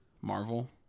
Marvel